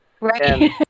Right